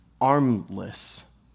armless